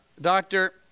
doctor